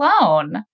alone